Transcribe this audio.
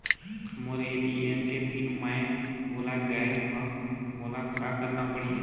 मोर ATM के PIN मैं भुला गैर ह, मोला का करना पढ़ही?